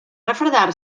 refredar